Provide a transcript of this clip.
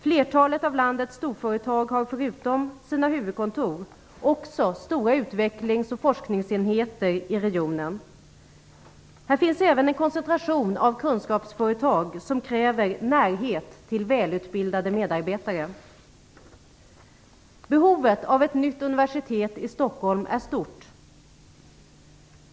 Flertalet av landets storföretag har förutom sina huvudkontor också stora forsknings och utvecklingsenheter i regionen. Här finns även en koncentration av kunskapsföretag som kräver närhet till välutbildade medarbetare. Behovet av ett nytt universitet i Stockholm är stort.